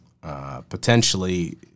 potentially